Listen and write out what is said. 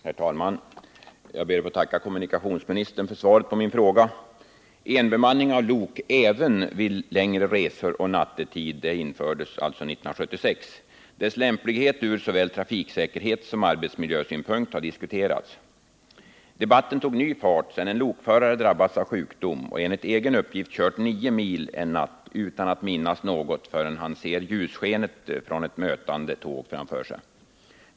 Herr talman! Jag ber att få tacka kommunikationsministern för svaret på min fråga. Enbemanningen av lok även vid längre resor och nattetid infördes 1976. Dess lämplighet ur såväl trafiksäkerhetssom arbetsmiljösynpunkt har diskuterats. Debatten tog ny fart sedan en lokförare drabbats av sjukdom och enligt egen uppgift kört nio mil en natt utan att minnas något förrän han ser ljusskenet från ett mötande tåg.